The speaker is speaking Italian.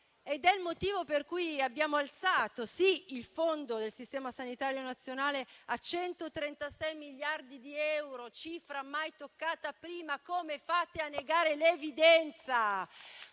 È il motivo per cui abbiamo alzato, sì, il fondo del Sistema sanitario nazionale a 136 miliardi di euro, cifra mai toccata prima - come fate a negare l'evidenza?